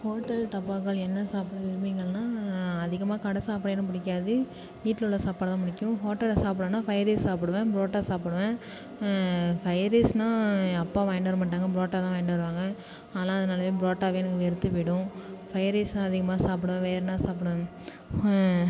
hotel தாபாக்கள் என்ன சாப்பிட விரும்புவீங்கள்னா அதிகமாக கடை சாப்பாடு எனக்கு பிடிக்காது வீட்டில் உள்ள சாப்பாடு தான் பிடிக்கும் ஹோட்டலில் சாப்பிட்றதுனா ஃப்ரைட் ரைஸ் சாப்பிடுவேன் புரோட்டா சாப்பிடுவேன் ஃப்ரைட் ரைஸ்னா என் அப்பா வாங்கிட்டு வர மாட்டாங்க புரோட்டா தான் வாங்கிட்டு வருவாங்க ஆனால் அதனாலே பரோட்டாவே எனக்கு வெறுத்துப் போய்டும் ஃப்ரைட் ரைஸ் தான் அதிகமாக சாப்பிடுவேன் வேற என்ன சாப்பிடுவேன்